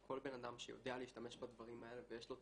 אבל כל בנאדם שיודע להשתמש בדברים האלה ויש לו את